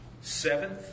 Seventh